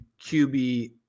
QB